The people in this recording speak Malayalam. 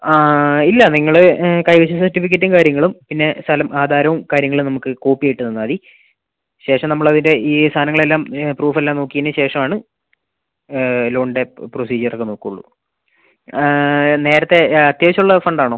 ഇല്ല നിങ്ങൾ കൈവശം സർട്ടിഫിക്കറ്റും കാര്യങ്ങളും പിന്നെ സ്ഥലം ആധാരവും കാര്യങ്ങളും നമുക്ക് കോപ്പി ആയിട്ട് തന്നാൽ മതി ശേഷം നമ്മൾ അതിൻ്റെ ഈ സാധനങ്ങൾ എല്ലാം പ്രൂഫ് എല്ലാം നോക്കിയതിന് ശേഷം ആണ് ലോണിന്റെ പ്രൊസീജിയർ ഒക്കെ നോക്കൂള്ളൂ നേരത്തെ അത്യാവശ്യം ഉള്ള ഫണ്ട് ആണോ